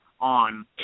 on